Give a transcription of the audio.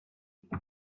but